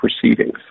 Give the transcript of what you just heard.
proceedings